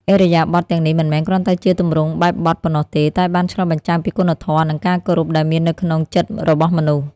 ឥរិយាបថទាំងនេះមិនមែនគ្រាន់តែជាទម្រង់បែបបទប៉ុណ្ណោះទេ តែបានឆ្លុះបញ្ចាំងពីគុណធម៌ និងការគោរពដែលមាននៅក្នុងចិត្តរបស់មនុស្ស។